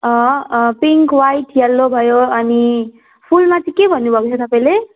अँ अँ pink white yellow भयो अनि फुलमा चाहिँ के भन्नु भएको छ तपाईँले